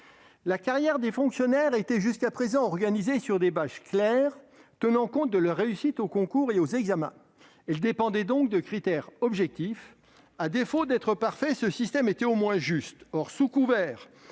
La carrière des fonctionnaires était jusqu'à présent organisée sur des bases claires, tenant compte de leur réussite aux concours et aux examens. Elle dépendait donc de critères objectifs. À défaut d'être parfait, ce système était au moins juste.